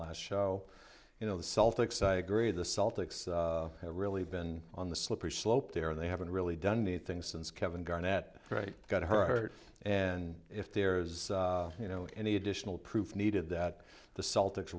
last show you know the celtics i agree the celtics have really been on the slippery slope there and they haven't really done anything since kevin garnett got hurt and if there is you know any additional proof needed that the celtics